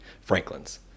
Franklin's